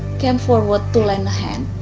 came forward to lend a hand,